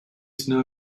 snow